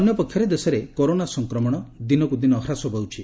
ଅନ୍ୟ ପକ୍ଷରେ ଦେଶରେ କରୋନା ସଂକ୍ରମଣ ଦିନକୁ ଦିନ ହ୍ରାସ ପାଉଛି